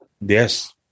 Yes